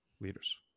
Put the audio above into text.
leaders